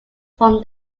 from